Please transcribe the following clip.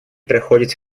проходит